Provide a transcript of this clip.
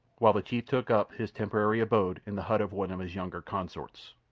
while the chief took up his temporary abode in the hut of one of his younger consorts.